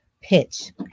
pitch